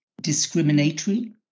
discriminatory